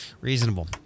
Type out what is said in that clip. reasonable